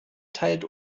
teilt